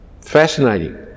fascinating